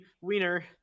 wiener